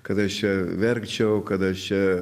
kad aš čia verkčiau kad aš čia